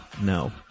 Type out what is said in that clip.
no